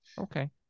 Okay